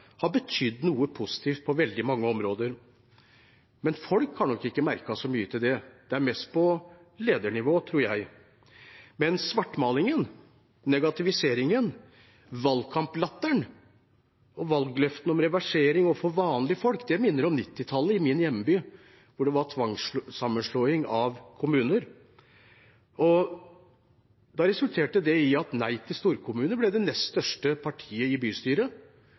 har betydd noe positivt på veldig mange områder. Men folk har nok ikke merket så mye til det. Det er mest på ledernivå, tror jeg. Men svartmalingen, negativiseringen, valgkamplatteren, valgløftene om reversering overfor vanlige folk minner om 1990-tallet i min hjemby, da det var en tvangssammenslåing av kommuner. Det resulterte i at Nei til storkommuner ble det nest største partiet i bystyret.